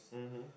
mmhmm